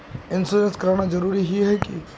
Insurance कराना जरूरी ही है की?